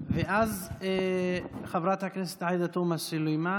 ואז הצעת החוק של חברת הכנסת עאידה תומא סלימאן,